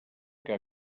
que